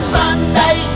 Sunday